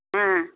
ஆ